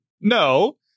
No